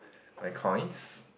my coins